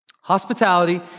Hospitality